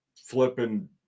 flipping